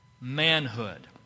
manhood